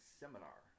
seminar